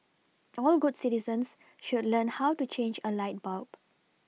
all good citizens should learn how to change a light bulb